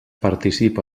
participa